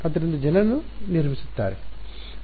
ಆದ್ದರಿಂದ ಜನರು ನಿರ್ಮಿಸಿದ್ದಾರೆ